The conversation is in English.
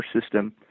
system